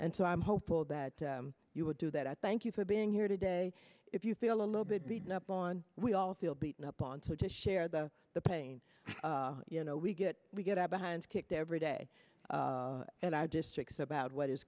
and so i'm hopeful that you would do that i thank you for being here today if you feel a little bit beaten up on we all feel beaten up onto to share the pain you know we get we get our behinds kicked every day at our districts about what is